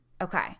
Okay